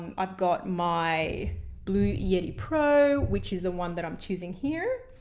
um i've got my blue yeti pro which is the one that i'm choosing here.